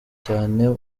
cyane